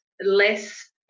less